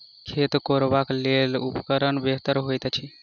खेत कोरबाक लेल केँ उपकरण बेहतर होइत अछि?